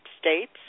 States